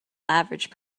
average